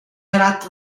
arat